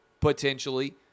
potentially